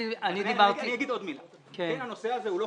אגיד עוד מילה: הנושא הזה לא חדש.